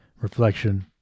reflection